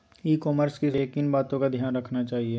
ई commerce की सुरक्षा के लिए किन बातों का ध्यान रखना चाहिए?